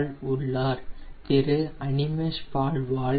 Paulwall உள்ளார் திரு அனிமேஷ் பால்வால்Mr